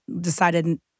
decided